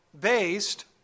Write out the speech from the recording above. based